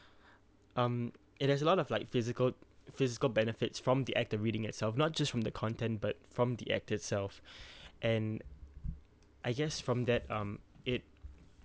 um it has a lot of like physical physical benefits from the act of reading itself not just from the content but from the act itself and I guess from that um it